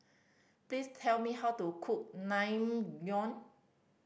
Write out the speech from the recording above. please tell me how to cook Naengmyeon